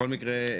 בכל מקרה,